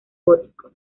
gótico